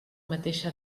mateixa